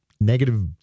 negative